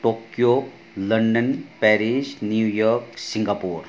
Tokyo London Paris New York Singapore